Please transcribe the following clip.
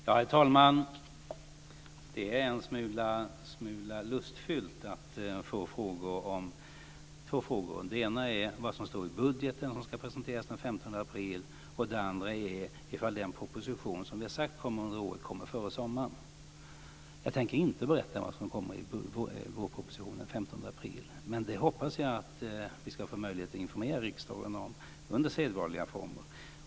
Herr talman! Det är en smula lustfyllt att få två frågor. Den ena handlar om vad som står i budgeten som ska presenteras den 15 april och den andra om den proposition som vi har sagt ska komma under året, kommer före sommaren. Jag tänker inte berätta vad som kommer i vårpropositionen den 15 april. Men det hoppas jag att vi ska få möjlighet att informera riksdagen om under sedvanliga former.